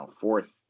fourth